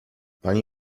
pani